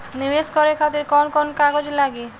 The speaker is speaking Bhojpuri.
नीवेश करे खातिर कवन कवन कागज लागि?